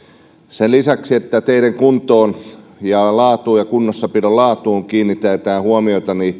sen lisäksi että teiden kuntoon laatuun ja kunnossapidon laatuun kiinnitetään huomiota